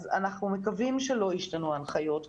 אז אנחנו מקווים שלא ישתנו ההנחיות,